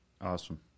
Awesome